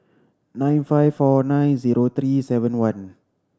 nine five four nine zero three seven one